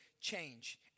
change